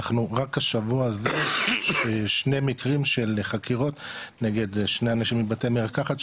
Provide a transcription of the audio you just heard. רק השבוע הזה ששני מקרים של חקירות נגד שני אנשים מבתי מרקחת,